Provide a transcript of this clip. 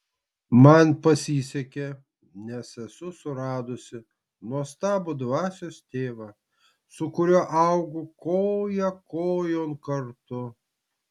man pasisekė nes esu suradusi nuostabų dvasios tėvą su kuriuo augu koja kojon kartu